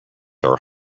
are